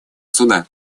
суда